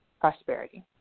prosperity